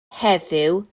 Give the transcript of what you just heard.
heddiw